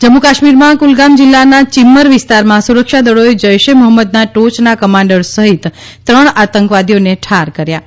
જમ્મુ કાશ્મીરમાં કુલગામ જિલ્લાના ચીમ્મર વિસ્તારમાં સુરક્ષા દળોએ જૈશ એ મોહમદના ટોચના કમાન્ડર સહિત ત્રણ આતંકવાદીઓને ઠાર કર્યા છે